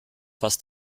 fast